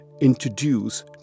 introduce